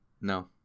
No